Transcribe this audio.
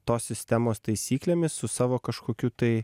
tos sistemos taisyklėmis su savo kažkokiu tai